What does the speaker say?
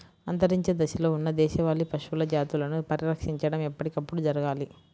అంతరించే దశలో ఉన్న దేశవాళీ పశువుల జాతులని పరిరక్షించడం ఎప్పటికప్పుడు జరగాలి